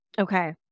Okay